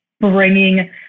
bringing